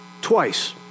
twice